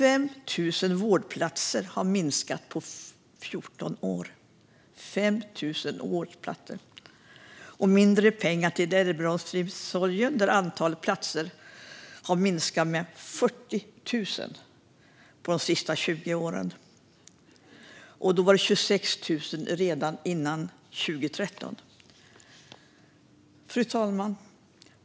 På 14 år har 5 000 vårdplatser försvunnit, och det har blivit mindre pengar till äldreomsorgen, där antalet platser har minskat med 40 000 de senaste 20 åren, varav 26 000 redan före 2013. Fru talman!